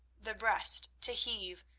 the breast to heave,